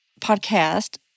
podcast